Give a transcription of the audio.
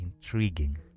intriguing